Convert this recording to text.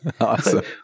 Awesome